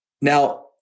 Now